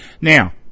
Now